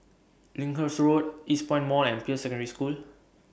Lyndhurst Road Eastpoint Mall and Peirce Secondary School